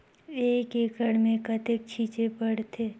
एक एकड़ मे कतेक छीचे पड़थे?